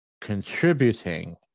contributing